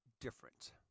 different